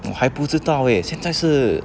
我还不知道 eh 现在是